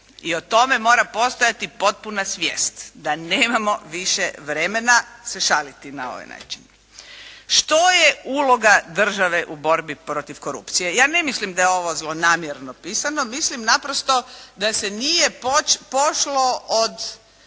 I o tome mora postojati potpuna svijest da nemamo više vremena se šaliti na ovaj način. Što je uloga države u borbi protiv korupcije? Ja ne mislim da je ovo zlonamjerno pisano, mislim naprosto da se nije pošlo od